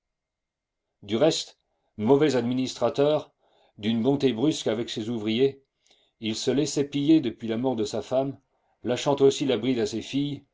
du reste mauvais administrateur d'une bonté brusque avec ses ouvriers il se laissait piller depuis la mort de sa femme lâchant aussi la bride à ses filles